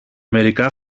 μερικά